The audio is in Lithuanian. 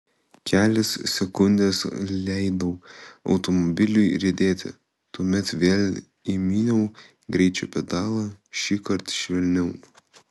kelias sekundes leidau automobiliui riedėti tuomet vėl įminiau greičio pedalą šįkart švelniau